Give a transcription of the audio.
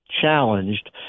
challenged